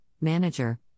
Manager